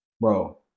bro